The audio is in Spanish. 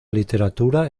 literatura